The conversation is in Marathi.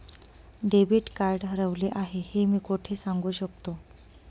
डेबिट कार्ड हरवले आहे हे मी कोठे सांगू शकतो?